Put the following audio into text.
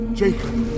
jacob